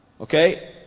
Okay